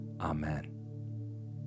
Amen